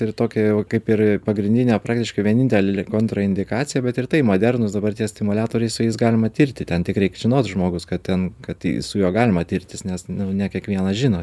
ir tokia jau kaip ir pagrindinė praktiškai vienintelė kontraindikacija bet ir tai modernūs dabarties stimuliatoriai su jais galima tirti ten tik reik žinot žmogus kad ten kad su juo galima tirtis nes ne kiekvienas žino